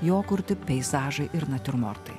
jo kurti peizažai ir natiurmortai